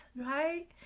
right